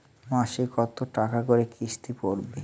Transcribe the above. মাসে কত টাকা করে কিস্তি পড়বে?